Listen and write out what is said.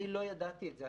אני לא ידעתי את זה.